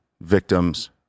victims